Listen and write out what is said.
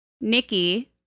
Nikki